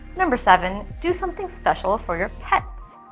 number seven do something special for your pets,